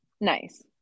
Nice